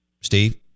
steve